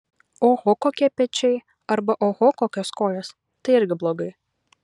oho kokie pečiai arba oho kokios kojos tai irgi blogai